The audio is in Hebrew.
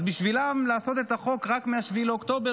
אז בשבילם לעשות את החוק רק מ-7 לאוקטובר?